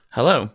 Hello